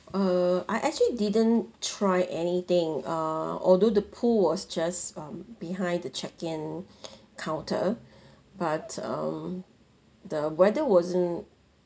err I actually didn't try anything err although the pool was just um behind the check in counter but um the weather wasn't